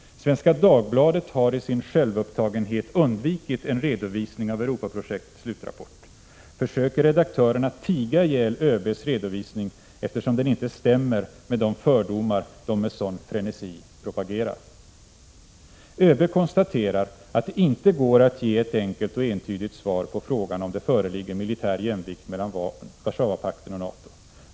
Svenska Dagbladet har i sin självupptagenhet undvikit en redovisning av Europaprojektets slutrapport. Försöker redaktörerna tiga ihjäl ÖB:s redovisning, eftersom den inte stämmer med de fördomar som de med sådan frenesi propagerar? ÖB konstaterar att det inte går att ge ett enkelt och entydigt svar på frågan om det föreligger militär jämvikt mellan Warszawapakten och NATO.